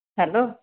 hello